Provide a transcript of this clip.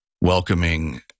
welcoming